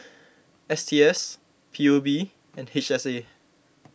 S T S P U B and H S A